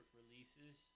releases